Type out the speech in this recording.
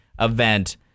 event